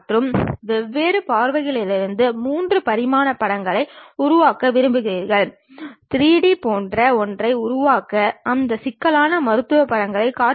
நாம் எந்த விவரங்களையும் இழக்க போவதில்லை அதை பார்க்கும்போது எந்தவொரு மாறுபாட்டையும் உருவாக்கப் போவதில்லை